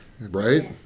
Right